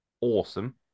Awesome